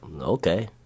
okay